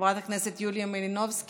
חברת הכנסת יוליה מלינובסקי,